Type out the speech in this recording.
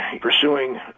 pursuing